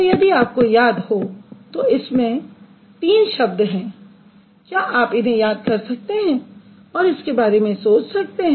तो यदि आपको याद हो तो इसमें तीन शब्द हैं क्या आप इन्हें याद कर सकते हैं और इसके बारे में सोच सकते हैं